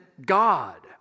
God